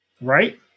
right